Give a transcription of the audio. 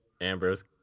Ambrose